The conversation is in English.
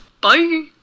bye